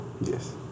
Yes